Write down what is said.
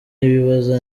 bibaza